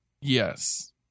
Yes